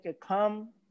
come